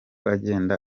agenda